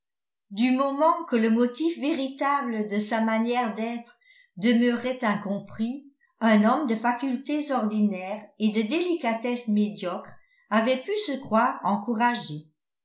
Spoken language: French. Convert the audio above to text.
du moment que le motif véritable de sa manière d'être demeurait incompris un homme de facultés ordinaires et de délicatesse médiocre avait pu se croire encouragé